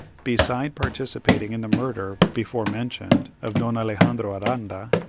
beside participating in the murder, before mentioned, of don alexandro aranda,